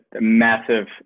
massive